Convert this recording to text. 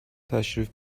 تشریف